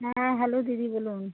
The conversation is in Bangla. হ্যাঁ হ্যালো দিদি বলুন